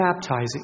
baptizing